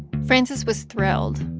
frances was thrilled.